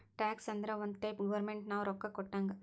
tax ಅಂದುರ್ ಒಂದ್ type government ನಾವು ರೊಕ್ಕಾ ಕೊಟ್ಟಂಗ್